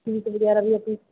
suit ਵਗੈਰਾ ਵੀ ਅਸੀਂ